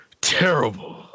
terrible